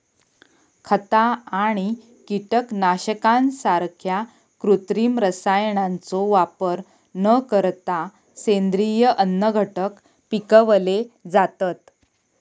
खता आणि कीटकनाशकांसारख्या कृत्रिम रसायनांचो वापर न करता सेंद्रिय अन्नघटक पिकवले जातत